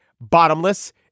Bottomless